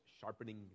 sharpening